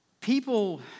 People